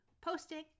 posting